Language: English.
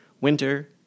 Winter